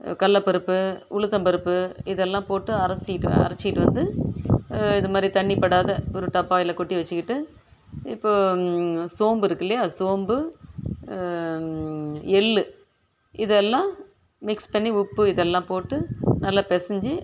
கடலபருப்பு உளுத்தம்பருப்பு இதெல்லாம் போட்டு அரச்சிட்டு அரைச்சிட்டு வந்து இது மாதிரி தண்ணிபடாத ஒரு டப்பாவில கொட்டி வெச்சுகிட்டு இப்போது சோம்பு இருக்கு இல்லையா சோம்பு எள் இதெல்லாம் மிக்ஸ் பண்ணி உப்பு இதெல்லாம் போட்டு நல்லா பிசஞ்சி